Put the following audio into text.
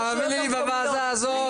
תאמיני לי בוועדה הזאת,